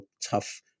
tough